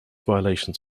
violations